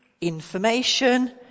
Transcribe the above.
information